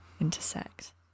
intersect